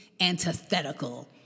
antithetical